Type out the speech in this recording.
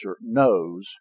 knows